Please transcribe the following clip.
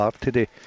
today